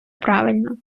правильно